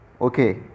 Okay